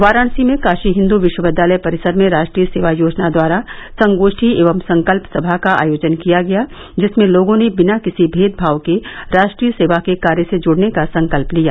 वाराणसी में काशी हिन्दू विश्वविद्यालय परिसर में राष्ट्रीय सेवा योजना द्वारा संगोष्ठी एवं संकल्प सभा का आयोजन किया गया जिसमें लोगों ने बिना किसी भेदभाव के राष्ट्रीय सेवा के कार्य से जुड़ने का संकल्प लिया